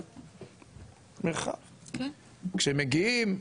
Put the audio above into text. כשהם מגיעים,